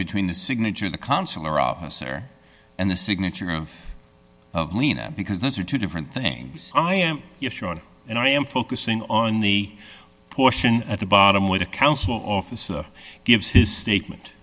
between the signature of the consular officer and the signature room of lena because those are two different things i am sure and i am focusing on the portion at the bottom where the council officer gives his statement